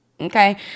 Okay